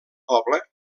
poble